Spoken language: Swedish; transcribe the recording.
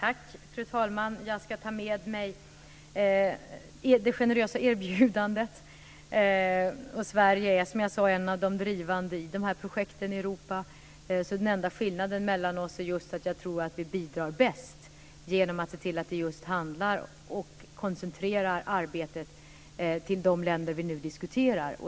Fru talman! Tack, jag ska ta med mig det generösa erbjudandet. Sverige tillhör, som jag sagt, de drivande när det gäller de här projekten i Europa, så den enda skillnaden mellan oss är just att jag tror att vi bäst bidrar genom att se till att det handlar om, att vi koncentrerar arbetet till, de länder som vi nu diskuterar.